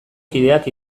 kideak